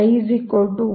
ಆದ್ದರಿಂದ n 2